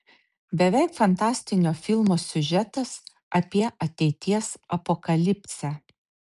beveik fantastinio filmo siužetas apie ateities apokalipsę